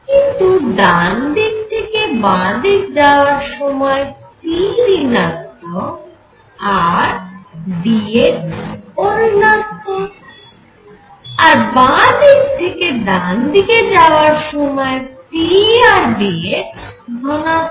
কিন্তু ডানদিক থেকে বাঁ দিক যাওয়ার সময় p ঋণাত্মক আর d x ও ঋণাত্মক আর বাঁ দিক থেকে ডান দিক যাওয়ার সময় p আর d x ধনাত্মক